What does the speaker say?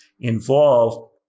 involve